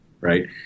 Right